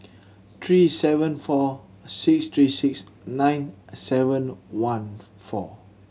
three seven four six three six nine seven one four